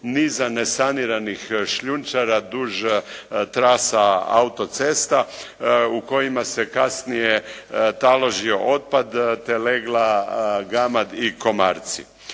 vidu nesaniranih šljunčara duž trasa autocesta u kojima se kasnije taložio otpad te legla gamad i komarci.